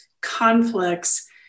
conflicts